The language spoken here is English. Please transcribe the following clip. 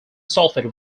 sulfate